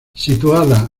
situada